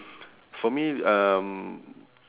for me um